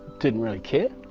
didn't really care